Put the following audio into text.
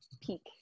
peak